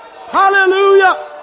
Hallelujah